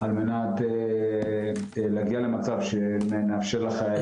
וגם לעמותות אחרות במטרה לטפל בסוגיות שקשורות בחובות של חיילים,